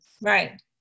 Right